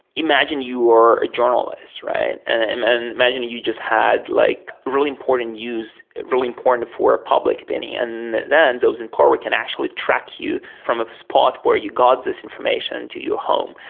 imagine you are a journalist and imagine you you just had like really important use, really important for a public opinion, then those in power can actually track you from a spot where you got this information to your home,